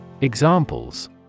Examples